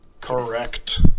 correct